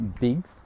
Big